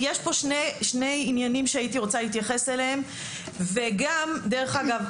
עכשיו יש פה שני עניינים שהייתי רוצה להתייחס אליהם וגם דרך אגב,